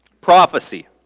Prophecy